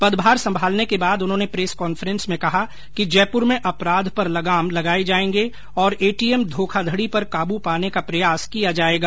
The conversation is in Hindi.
पदभार संभालने के बाद उन्होंने प्रेस काफेंस में कहा जयपुर में अपराध पर लगाम लगाएंगे और एटीएम धोखाधड़ी पर काबू पाने का प्रयास किया जाएगा